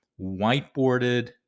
whiteboarded